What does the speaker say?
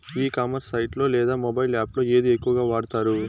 ఈ commerce site లో లేదా మొబైల్ యాప్ లో ఏది ఎక్కువగా వాడుతారు?